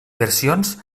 versions